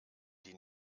die